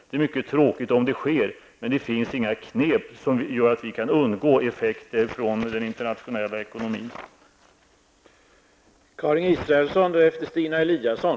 Det är mycket tråkigt om det sker, men det finns inga knep som gör att vi kan undgå effekter från den internationella ekonomin.